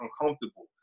uncomfortable